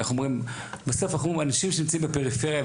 בסוף אנשים שנמצאים בפריפריה,